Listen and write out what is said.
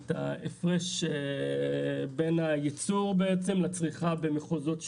את ההפרש בין הייצור לבין הצריכה במחוזות שונים.